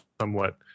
somewhat